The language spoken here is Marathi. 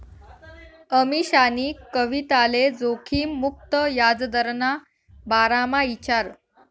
अमीशानी कविताले जोखिम मुक्त याजदरना बारामा ईचारं